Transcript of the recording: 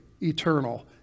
eternal